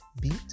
beat